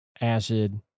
acid